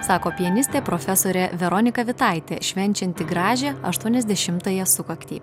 sako pianistė profesorė veronika vitaitė švenčianti gražią aštuoniasdešimtąją sukaktį